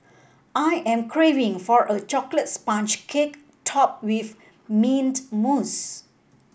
I am craving for a chocolate sponge cake topped with mint mousse